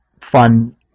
fun